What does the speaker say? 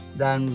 dan